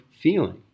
feeling